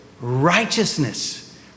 Righteousness